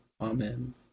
Amen